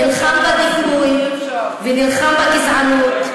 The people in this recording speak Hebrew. נלחם בדיכוי ונלחם בגזענות,